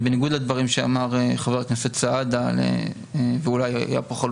בניגוד לדברים שאמר חבר הכנסת סעדה ואולי הייתה כאן בדיון הקודם